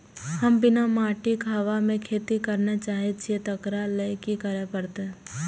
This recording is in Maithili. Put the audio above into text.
हम बिना माटिक हवा मे खेती करय चाहै छियै, तकरा लए की करय पड़तै?